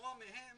ולשמוע מהם